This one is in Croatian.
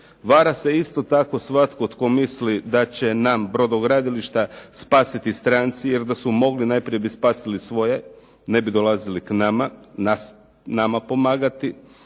Vara se isto tako svatko tko misli da će nam brodogradilišta spasiti stranci, jer da su mogli najprije bi spasili svoje, ne bi dolazili k nama, nama pomagati.